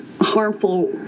harmful